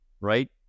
right